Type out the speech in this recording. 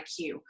iq